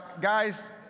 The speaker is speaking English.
guys